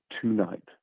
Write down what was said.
tonight